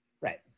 Right